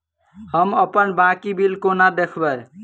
हम अप्पन बाकी बिल कोना देखबै?